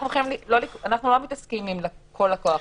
אנחנו לא מתעסקים עם כל לקוח,